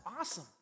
awesome